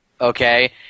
okay